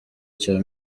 cya